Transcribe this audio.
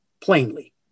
plainly